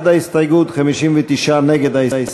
(ג), (ד), (ה),